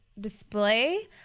display